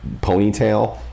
ponytail